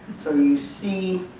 so you see